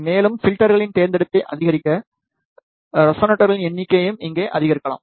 மேலும் பில்டர்களின் தேர்ந்தெடுப்பை அதிகரிக்க ரெசனேட்டர்களின் எண்ணிக்கையையும் இங்கே அதிகரிக்கலாம்